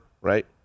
right